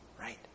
right